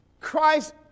Christ